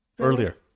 earlier